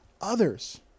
others